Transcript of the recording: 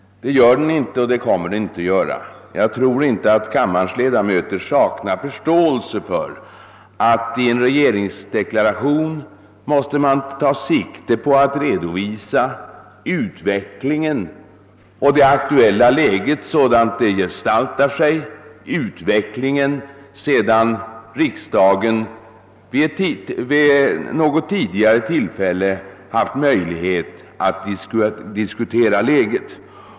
Det gör inte denna deklaration och det kommer inga deklarationer att göra. Jag tror inte att kammarens ledamöter saknar förståelse för att man i en regeringsdeklaration måste ta sikte på att redovisa utvecklingen och det aktuella läget sådant detta gestaltar sig efter det att riksdagen vid något tidigare tillfälle haft möjlighet att diskutera det.